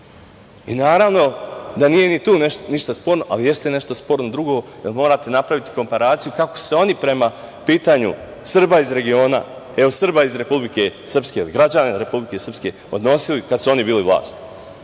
I, naravno da nije ni tu ništa sporno, ali jeste nešto sporno drugo, jer morate napraviti komparaciju kako se oni prema pitanju Srba iz regiona, evo, Srba iz Republike Srpske, odnosili kada su oni bili vlast.